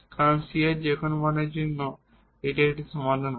কারণ c এর যেকোনো মানের জন্য একটি সমাধান আছে